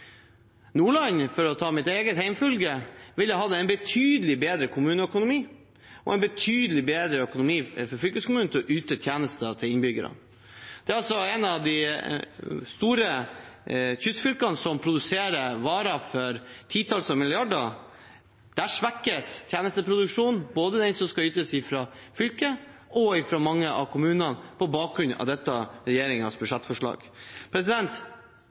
Nordland, for å ta mitt eget hjemfylke, ville hatt en betydelig bedre kommuneøkonomi og en betydelig bedre økonomi for fylkeskommunen, til å yte tjenester til innbyggerne. Det er et av de store kystfylkene, som produserer varer for titalls milliarder, og der svekkes tjenesteproduksjonen, både fra fylket og fra mange av kommunene, på bakgrunn av denne regjeringens budsjettforslag.